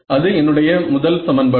அது என்னுடைய முதல் சமன்பாடு